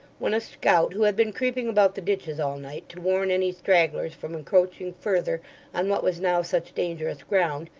when a scout who had been creeping about the ditches all night, to warn any stragglers from encroaching further on what was now such dangerous ground,